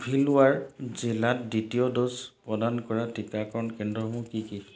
ভিলৱাৰ জিলাত দ্বিতীয় ড'জ প্ৰদান কৰা টিকাকৰণ কেন্দ্ৰসমূহ কি কি